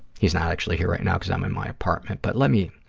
he's not actually here right now because i'm in my apartment, but let me,